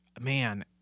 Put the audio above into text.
man—